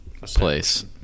Place